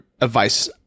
advice